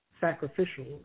sacrificial